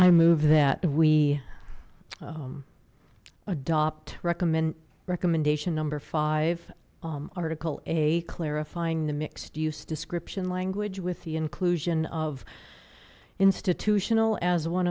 i move that we adopt recommend recommendation number five article a clarifying the mixed use description language with the inclusion of institutional as one